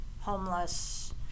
homeless